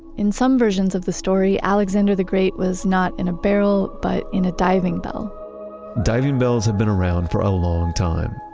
in some versions of the story, alexander the great was not in a barrel, but in a diving bell diving bells had been around for a long time.